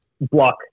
block